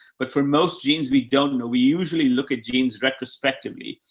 but for most genes, we don't know. we usually look at genes retrospectively.